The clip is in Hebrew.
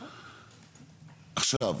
עכשיו,